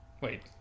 Wait